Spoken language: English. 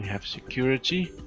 have security.